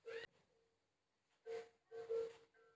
UPI ल कहां ले कहां ले बनवा सकत हन?